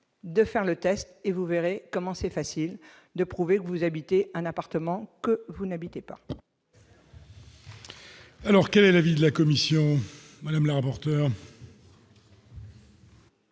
de faire le test, et vous verrez comment c'est facile de prouver que vous habitez un appartement que vous n'habitez pas. Alors quel est l'avis de la commission madame la rapporteure.